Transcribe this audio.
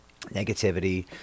Negativity